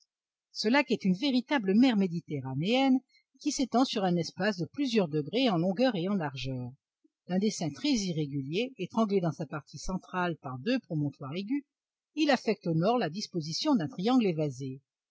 ce lac est une véritable mer méditerranéenne qui s'étend sur un espace de plusieurs degrés en longueur et en largeur d'un dessin très irrégulier étranglé dans sa partie centrale par deux promontoires aigus il affecte au nord la disposition d'un triangle évasé